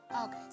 Okay